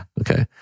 Okay